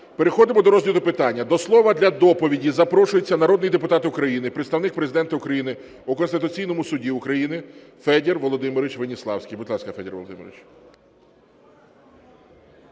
Переходимо до розгляду питання. До слова для доповіді запрошується народний депутат України, представник Президента України у Конституційному Суді України Федір Володимирович Веніславський. Будь ласка, Федір Володимирович.